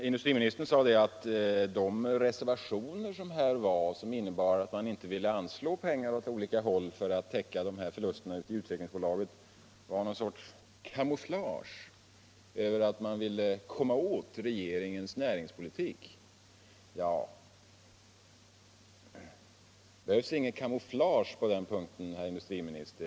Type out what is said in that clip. Industriministern sade att de reservationer som innebar att man inte ville anslå pengar åt olika håll för att täcka förlusterna i Svenska Utvecklingsakticbolaget var någon sorts camouflage för att man ville komma åt regeringens näringspolitik. Ja, det behövs inget camouflage på den punkten, herr industriminister.